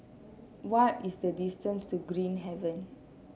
what is the distance to Green Haven